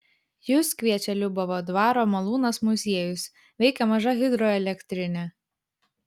jus kviečia liubavo dvaro malūnas muziejus veikia maža hidroelektrinė